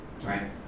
right